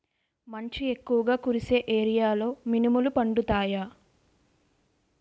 మంచు ఎక్కువుగా కురిసే ఏరియాలో మినుములు పండుతాయా?